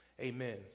Amen